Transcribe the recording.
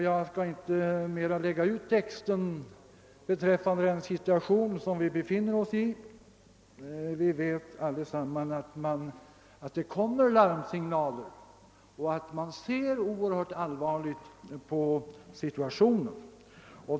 Jag skall inte ytterligare lägga ut texten beträffande den situation som vi befinner oss i. Vi vet allesammans att det kommer larmsignaler och att man ser oerhört allvarligt på förhållandena.